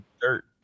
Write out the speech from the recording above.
dirt